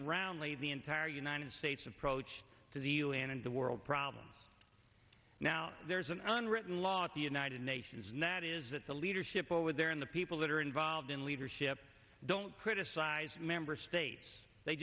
roundly the entire united states approach to the u n and the world problem now there's an unwritten law at the united nations and that is that the leadership or with their in the people that are involved in leadership don't criticize member states they